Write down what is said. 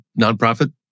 nonprofit